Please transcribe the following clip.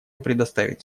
предоставить